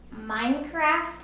Minecraft